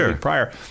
prior